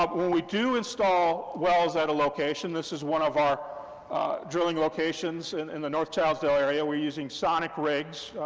when we do install wells at a location, this is one of our drilling locations, and in the north childsdale area, we're using sonic rigs,